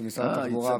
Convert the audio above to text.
של משרד התחבורה.